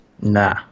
Nah